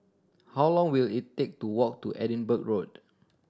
how long will it take to walk to Edinburgh Road